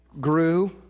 grew